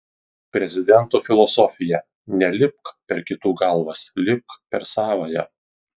prezidento filosofija nelipk per kitų galvas lipk per savąją